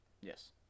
Yes